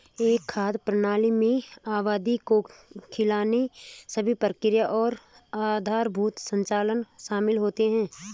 एक खाद्य प्रणाली में आबादी को खिलाने सभी प्रक्रियाएं और आधारभूत संरचना शामिल होती है